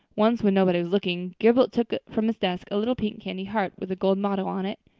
once, when nobody was looking, gilbert took from his desk a little pink candy heart with a gold motto on it,